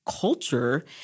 culture